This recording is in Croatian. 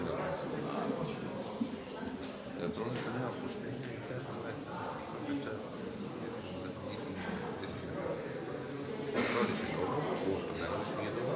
Hvala vam./…